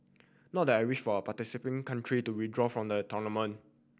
not that I wish for participating country to withdraw from the tournament